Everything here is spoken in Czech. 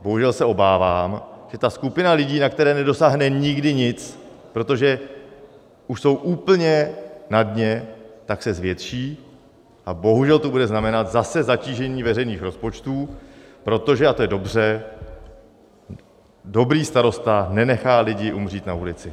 Bohužel se obávám, že skupina lidí, na které nedosáhne nikdy nic, protože už jsou úplně na dně, se zvětší, a bohužel to bude znamenat zase zatížení veřejných rozpočtů, protože a to je dobře dobrý starosta nenechá lidi umřít na ulici.